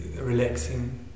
relaxing